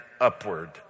upward